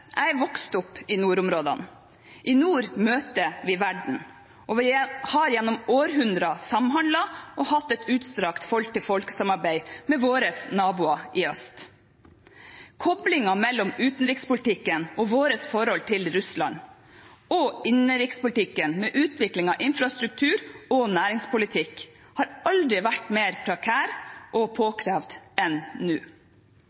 Jeg er vokst opp i nordområdene. I nord møter vi verden, og vi har gjennom århundrer samhandlet og hatt et utstrakt folk-til-folk-samarbeid med våre naboer i øst. Koblingen mellom utenrikspolitikken og vårt forhold til Russland og innenrikspolitikken – med utvikling av infrastruktur og næringspolitikk – har aldri vært mer prekær og påkrevd enn nå.